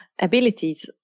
abilities